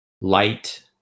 light